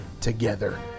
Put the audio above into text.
together